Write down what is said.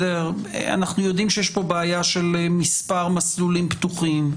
אנחנו יודעים שיש פה בעיה של מספר מסלולים פתוחים,